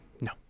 No